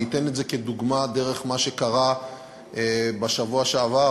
אני אתן את זה כדוגמה ממה שקרה בשבוע שעבר,